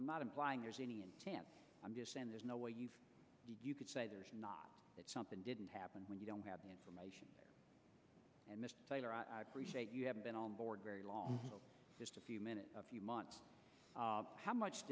i'm not implying there's any chance i'm just saying there's no way you've you could say there's not that something didn't happen when you don't have the information you have been on board very long just a few minutes a few months how much